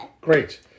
Great